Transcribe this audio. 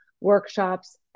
workshops